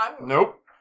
Nope